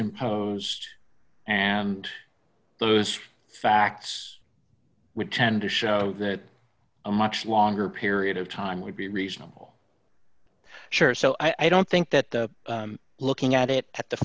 imposed and those facts would tend to show that a much longer period of time would be reasonable sure so i don't think that looking at it at the